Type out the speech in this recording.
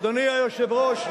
אדוני היושב-ראש,